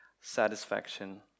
Satisfaction